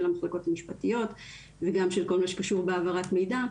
המחלקות המשפטיות וגם של כל מה שקשור בהעברת מידע.